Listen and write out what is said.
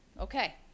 Okay